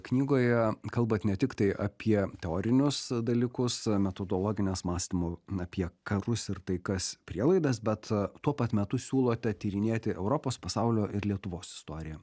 knygoje kalbat ne tiktai apie teorinius dalykus metodologines mąstymo apie karus ir taikas prielaidas bet tuo pat metu siūlote tyrinėti europos pasaulio ir lietuvos istoriją